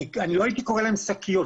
לא הייתי קורא להן שקיות.